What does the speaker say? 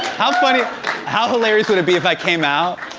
how funny how hilarious would it be if i came out,